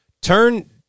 Turn